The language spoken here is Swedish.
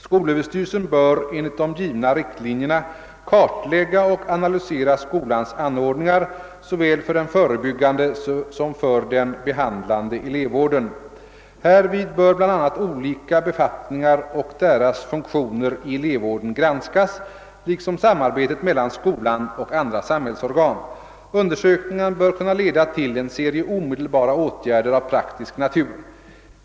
Skolöverstyrelsen bör enligt de givna riktlinjerna kartlägga och analysera skolans anordningar, såväl för den förebyggande som för den behandlande elevvården. Härvid bör bl a. olika befattningar och deras funktioner i elevvården granskas liksom samarbetet mellan skolan och andra samhällsorgan. Undersökningarna bör kunna leda till en serie omedelbara åtgärder av praktisk natur.